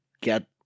get